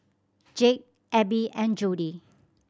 Jake Abbey and Jody